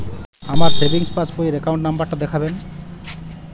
আমার সেভিংস পাসবই র অ্যাকাউন্ট নাম্বার টা দেখাবেন?